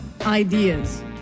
ideas